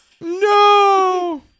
No